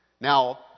Now